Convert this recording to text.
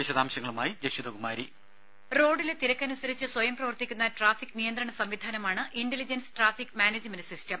വിശദാംശങ്ങളുമായി ജഷിതകുമാരി ദേദ റോഡിലെ തിരക്കനുസരിച്ച് സ്വയം പ്രവർത്തിക്കുന്ന ട്രാഫിക് നിയന്ത്രണ സംവിധാനമാണ് ഇന്റലിജൻസ് ട്രാഫിക് മാനേജ്മെന്റ് സിസ്റ്റം